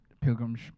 Pilgrim's